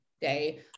day